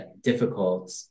difficult